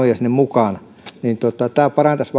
mukaan tämä parantaisi